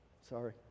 Sorry